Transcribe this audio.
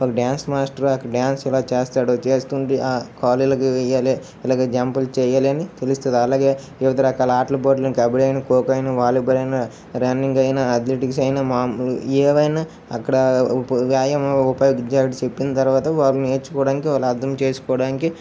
ఒక dance master అక్కడ dance ఎలా చేస్తాడో చేస్తుంటే ఆ కాలు ఇలా వేయాలి ఇలాగా జంపులు చేయాలి అని తేలుస్తుంది అలాగే వివిధ రకాల ఆటలపోటీలు కబడ్డీ అయినా ఖోఖో అయినా వాలీబాల్ అయినా రన్నింగ్ అయినా అథ్లెటిక్స్ అయినా మా ఏవైనా అక్కడ ఉప వ్యాయామం ఉపాధ్యాయుడు చెప్పిన తర్వాత వాళ్ళు నేర్చుకోవడానికి వాళ్ళు అర్ధం చేసుకోవడానికి